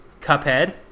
Cuphead